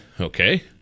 okay